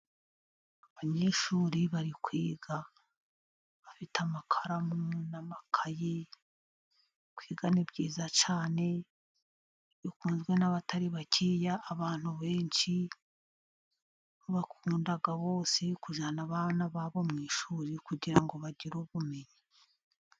Abanyeshuri bari kwiga, bafite amakaramu n'amakayi, kwiga ni byiza cyane, bikunzwe n'abatari bakeya, abantu benshi bakunda bose kujyana abana babo mu ishuri, kugira ngo bagire ubumenyi.